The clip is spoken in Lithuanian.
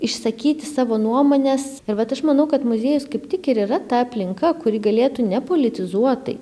išsakyti savo nuomones ir vat aš manau kad muziejus kaip tik ir yra ta aplinka kuri galėtų nepolitizuotai